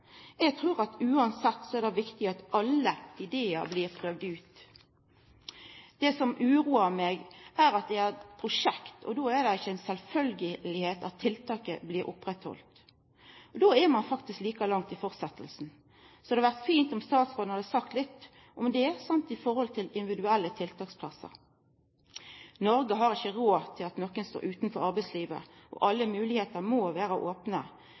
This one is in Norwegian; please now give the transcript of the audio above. Eg trur at uansett er det viktig at alle idear blir prøvde ut. Det som uroar meg, er at det er prosjekt. Då er det inga sjølvfølgje at tiltaket blir oppretthalde. Då er ein faktisk like langt i fortsetjinga. Det hadde vore fint om statsråden hadde sagt litt om det, og noko om individuelle tiltaksplassar. Noreg har ikkje råd til at nokon står utanfor arbeidslivet, og alle moglegheiter må vera